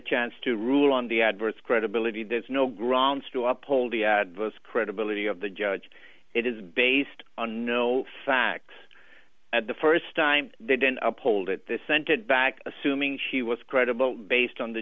chance to rule on the adverse credibility there's no grounds to uphold the adverse credibility of the judge it is based on no facts at the st time they didn't uphold it this sent it back assuming she was credible based on the